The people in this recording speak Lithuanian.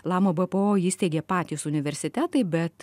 lama bpo įsteigė patys universitetai bet